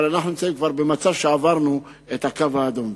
אבל אנחנו כבר עברנו את הקו האדום.